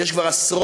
יש כבר עשרות,